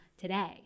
today